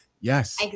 Yes